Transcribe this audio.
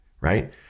right